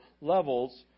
levels